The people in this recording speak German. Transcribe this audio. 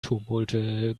tumulte